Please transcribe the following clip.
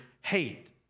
hate